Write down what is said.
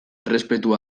errespetu